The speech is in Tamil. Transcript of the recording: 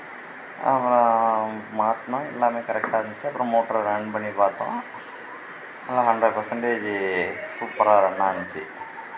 அப்புறம் மாட்டினோம் எல்லாமே கரெக்டா இருந்துச்சு அப்புறம் மோட்டர ரன் பண்ணி பார்த்தோம் நல்லா ஹண்ட்ரட் பர்சண்ட்டேஜி சூப்பராக ரன் ஆச்சு